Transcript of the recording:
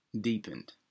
deepened